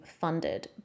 funded